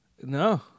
No